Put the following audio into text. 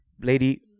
Lady